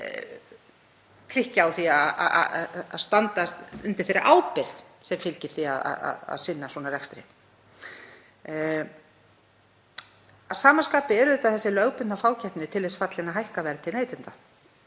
klikki á því að standa undir þeirri ábyrgð sem fylgir því að sinna slíkum rekstri. Að sama skapi er auðvitað þessi lögbundna fákeppni til þess fallin að hækka verð til neytenda.